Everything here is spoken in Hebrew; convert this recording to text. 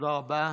תודה רבה.